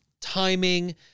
timing